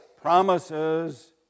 promises